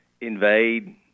invade